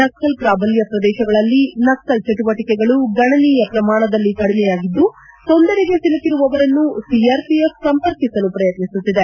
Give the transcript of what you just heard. ನಕ್ಸಲ್ ಪ್ರಾಬಲ್ಟ ಪ್ರದೇಶಗಳಲ್ಲಿ ನಕ್ಸಲ್ ಚಟುವಟಿಕೆಗಳು ಗಣನೀಯ ಪ್ರಮಾಣದಲ್ಲಿ ಕಡಿಮೆಯಾಗಿದ್ದು ತೊಂದರೆಗೆ ಸಿಲುಕಿರುವವರನ್ನು ಸಿಆರ್ಪಿಎಫ್ ಸಂಪರ್ಕಿಸಲು ಪ್ರಯತ್ನಿಸುತ್ತಿದೆ